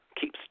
keeps